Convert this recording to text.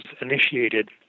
initiated